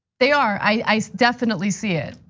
they are, i definitely see it.